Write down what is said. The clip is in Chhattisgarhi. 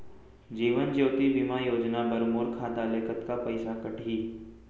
जीवन ज्योति बीमा योजना बर मोर खाता ले कतका पइसा कटही?